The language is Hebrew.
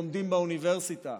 השלב שבו הם לומדים באוניברסיטה,